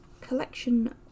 collection